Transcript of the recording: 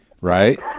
Right